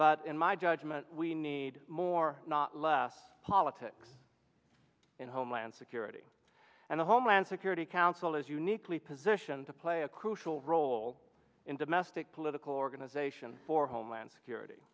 but in my judgment we need more not less politics in homeland security and the homeland security council is uniquely positioned to play a crucial role in domestic political organization for homeland security